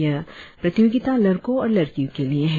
यह प्रतियोगिता लड़कों और लड़कियों के लिए है